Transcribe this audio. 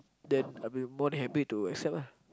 then I will be more than happy to accept ah